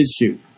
issue